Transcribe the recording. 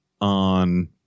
on